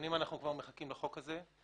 שנים אנחנו מחכים לחוק הזה.